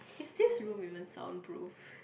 is this room even soundproof